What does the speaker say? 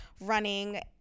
running